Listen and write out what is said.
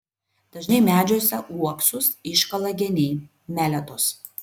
dažnai medžiuose uoksus iškala geniai meletos